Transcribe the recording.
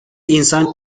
insan